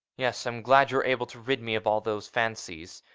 yes, i'm glad you were able to rid me of all those fancies.